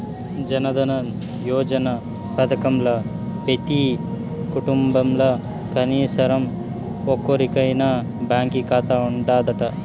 జనదన యోజన పదకంల పెతీ కుటుంబంల కనీసరం ఒక్కోరికైనా బాంకీ కాతా ఉండాదట